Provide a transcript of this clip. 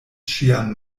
ŝian